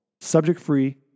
Subject-free